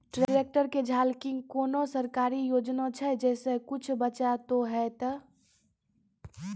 Tractor के झाल किंग कोनो सरकारी योजना छ जैसा कुछ बचा तो है ते?